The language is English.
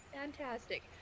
Fantastic